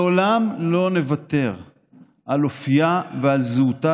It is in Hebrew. לעולם לא נוותר על אופייה ועל זהותה